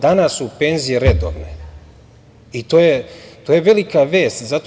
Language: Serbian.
Danas su penzije redovne i to je velika vest.